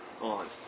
on